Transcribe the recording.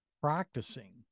practicing